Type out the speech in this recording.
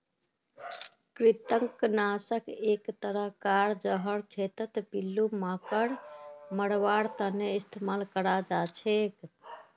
कृंतक नाशक एक तरह कार जहर खेतत पिल्लू मांकड़ मरवार तने इस्तेमाल कराल जाछेक